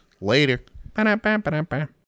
Later